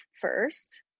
first